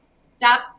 stop